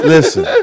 Listen